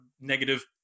negative